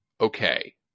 okay